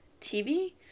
TV